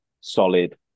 solid